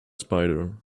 spider